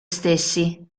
stessi